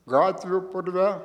gatvių purve